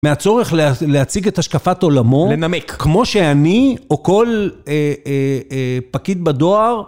מהצורך להציג את השקפת עולמו. לנמק. כמו שאני או כל פקיד בדואר.